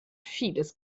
vieles